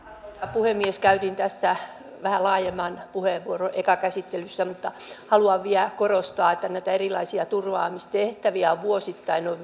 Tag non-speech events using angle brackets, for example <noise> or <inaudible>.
puhemies käytin tästä vähän laajemman puheenvuoron ekassa käsittelyssä mutta haluan vielä korostaa että näitä erilaisia turvaamistehtäviä on vuosittain noin <unintelligible>